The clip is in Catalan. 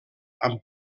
amb